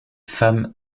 femmes